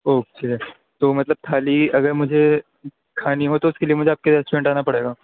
okay تو مطلب تھالی اگر مجھے کھانی ہو تو اُس کے لیے مجھے آپ کے ریسٹورینٹ آنا پڑے گا